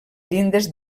llindes